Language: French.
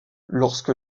lorsque